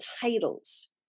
titles